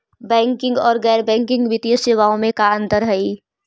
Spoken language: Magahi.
बैंकिंग और गैर बैंकिंग वित्तीय सेवाओं में का अंतर हइ?